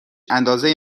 اندازه